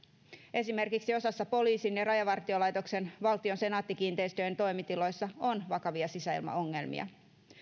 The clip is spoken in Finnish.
esimerkiksi osassa poliisin ja rajavartiolaitoksen valtion senaatti kiinteistöjen toimitiloissa on vakavia sisäilmaongelmia